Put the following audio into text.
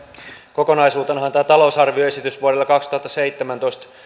kokonaisuutenahan tämä talousarvioesitys vuodelle kaksituhattaseitsemäntoista